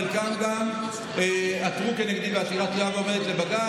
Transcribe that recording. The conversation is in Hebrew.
חלקם גם עתרו נגדי בעתירה לבג"ץ.